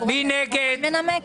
אנחנו יכולים לנמק?